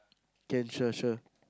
can sure sure